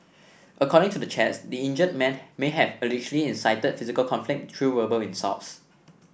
according to the chats the injured man may have allegedly incited physical conflict through verbal insults